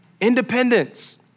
independence